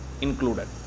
included